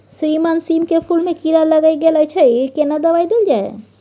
श्रीमान सीम के फूल में कीरा लाईग गेल अछि केना दवाई देल जाय?